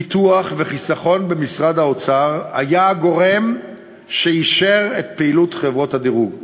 ביטוח וחיסכון במשרד האוצר היה הגורם שאישר את פעילות חברות הדירוג,